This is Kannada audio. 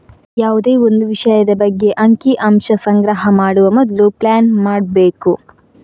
ಯಾವುದೇ ಒಂದು ವಿಷಯದ ಬಗ್ಗೆ ಅಂಕಿ ಅಂಶ ಸಂಗ್ರಹ ಮಾಡುವ ಮೊದ್ಲು ಪ್ಲಾನ್ ಮಾಡ್ಬೇಕು